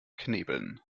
knebeln